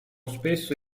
spesso